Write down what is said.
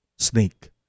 snake